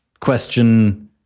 question